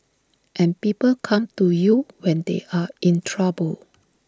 and people come to you when they are in trouble